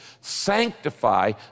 Sanctify